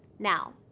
now,